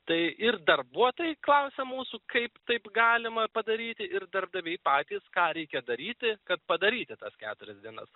tai ir darbuotojai klausia mūsų kaip taip galima padaryti ir darbdaviai patys ką reikia daryti kad padaryti tas keturias dienas